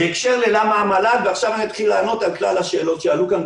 בהקשר לשאלה למה המל"ל עכשיו אתחיל לענות על כלל השאלות שעלו כאן,